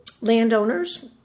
landowners